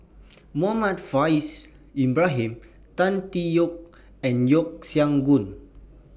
Muhammad Faishal Ibrahim Tan Tee Yoke and Yeo Siak Goon